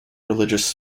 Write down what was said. religious